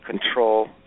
control